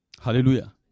Hallelujah